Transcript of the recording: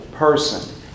person